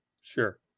Sure